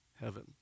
heaven